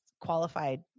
qualified